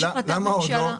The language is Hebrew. למה עוד לא?